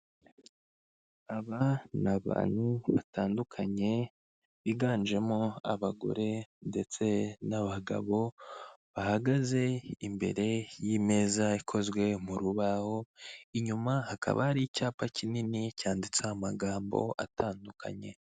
Aba ni abantu batandukanye biganjemo abagore ndetse n'abagabo, bahagaze imbere y'imeza ikozwe mu rubaho, inyuma hakaba hari icyapa kinini cyanditseho amagambo atandukanye.